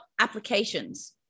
applications